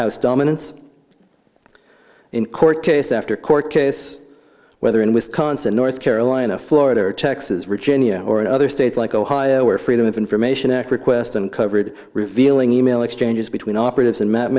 house dominance in court case after court case whether in wisconsin north carolina florida or texas region or in other states like ohio where freedom of information act request uncovered revealing e mail exchanges between operatives and map